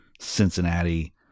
Cincinnati